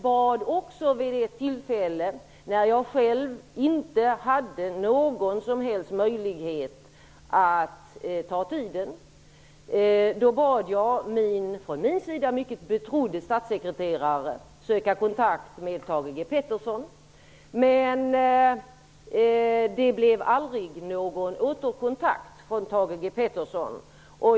Vid ett tillfälle, när jag själv inte hade någon som helst möjlighet till ett möte, bad jag min av mig mycket betrodde statssekreterare att söka kontakt med Thage G Peterson. Men Thage G Peterson återkom aldrig.